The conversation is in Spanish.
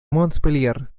montpellier